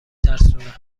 ترسونه